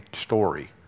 story